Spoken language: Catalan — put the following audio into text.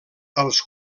els